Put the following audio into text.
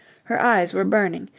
her eyes were burning.